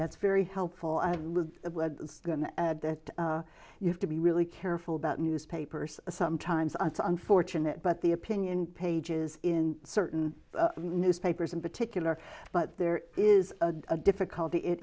that's very helpful and with that you have to be really careful about newspapers sometimes unfortunate but the opinion pages in certain newspapers in particular but there is a difficulty it